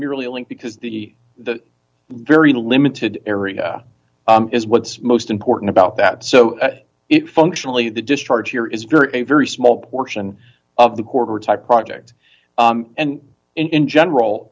merely a link because the the very limited area is what's most important about that so it functionally the discharge here is very very small portion of the quarter type projects and in general